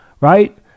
right